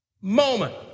moment